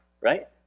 right